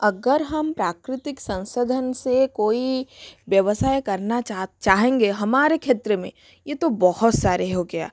अगर हम प्राकृतिक संसाधन से कोई व्यवसाय करना चाहेंगे हमारे क्षेत्र में ये तो बहुत सारे हो गया